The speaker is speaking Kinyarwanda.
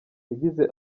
yagize